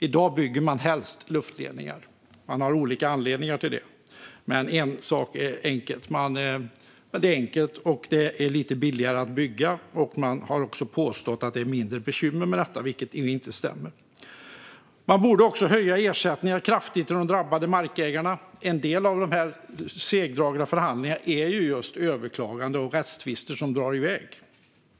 I dag bygger man helst luftledningar. Man har olika anledningar till det, men en sak är att det är enkelt och att det är lite billigare att bygga. Man har också påstått att det är mindre bekymmer med detta, vilket inte stämmer. Man borde kraftigt höja ersättningarna till de drabbade markägarna. En del av de segdragna förhandlingarna är just överklaganden och rättstvister som drar iväg.